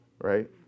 right